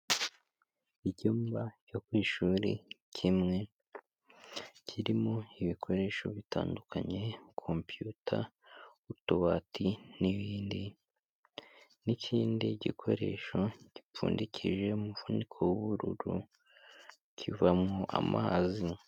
Icyumba cyo ku ishuri kimwe, kirimo ibikoresho bitandukanye, computer, utubati n'ibindi n'ikindi gikoresho gipfundikije umuvufuniko w'ubururu kivamo amazi.